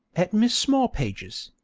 at miss smallpage's,